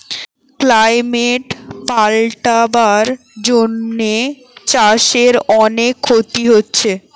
climate পাল্টাবার জন্যে চাষের অনেক ক্ষতি হচ্ছে